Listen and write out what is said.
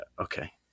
Okay